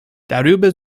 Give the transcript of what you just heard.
darüber